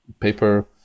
paper